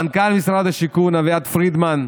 מנכ"ל משרד השיכון אביעד פרידמן,